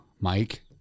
Mike